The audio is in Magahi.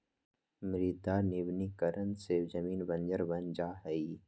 मृदा निम्नीकरण से जमीन बंजर बन जा हई